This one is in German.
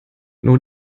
nur